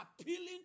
appealing